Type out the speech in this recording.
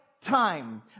time